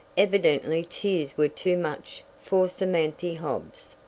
evidently tears were too much for samanthy hobbs.